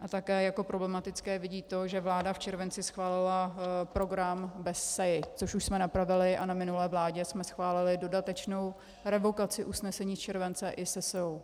A také jako problematické vidí to, že vláda v červenci schválila program bez SEA, což už jsme napravili a na minulé vládě jsme schválili dodatečnou revokaci usnesení z července i se SEA.